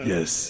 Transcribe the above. Yes